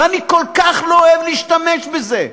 ואני כל כך לא אוהב להשתמש בזה,